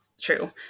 true